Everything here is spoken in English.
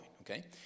Okay